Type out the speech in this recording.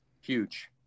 Huge